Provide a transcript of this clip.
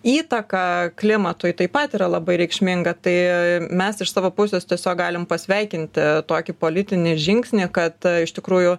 įtaka klimatui taip pat yra labai reikšminga tai mes iš savo pusės tiesiog galime pasveikinti tokį politinį žingsnį kad iš tikrųjų